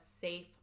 safe